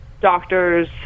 doctors